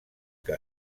que